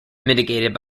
mitigated